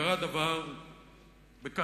קרה דבר אחד בקהיר,